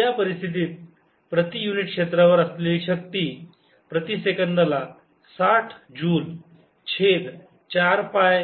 या परिस्थितीत प्रति युनिट क्षेत्रावर असलेली शक्ती प्रति सेकंदाला साठ जूल छेद चार पाय